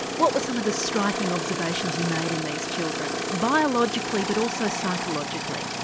what were some of the striking observations you made in these children, biologically but also psychologically?